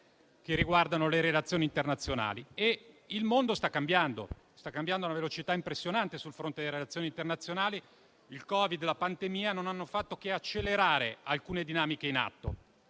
riguardanti le relazioni internazionali. Il mondo sta cambiando e sta cambiando a una velocità impressionante sul fronte delle relazioni internazionali. Il Covid-19 e la pandemia non hanno fatto che accelerare alcune dinamiche in atto.